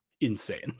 insane